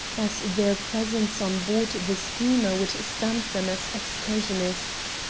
as their presence on board the steamer would stamp them as excursionists.